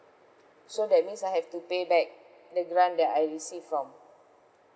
so that means I have to pay back the grant that I received from